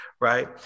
right